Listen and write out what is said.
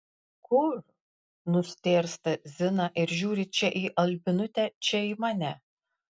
kur nustėrsta zina ir žiūri čia į albinutę čia į mane